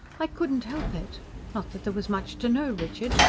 i couldn't help it not that there was much to know, richard.